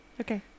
Okay